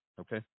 okay